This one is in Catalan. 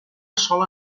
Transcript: sola